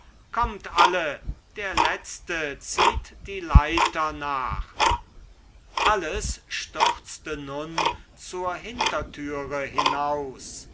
kommt alle der letzte zieht die leiter nach alles stürzte nun zur hintertüre hinaus